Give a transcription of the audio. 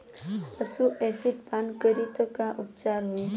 पशु एसिड पान करी त का उपचार होई?